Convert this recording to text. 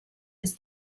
ist